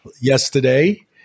yesterday